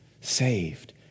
saved